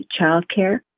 childcare